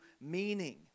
meaning